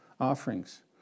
Offerings